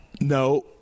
no